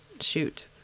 shoot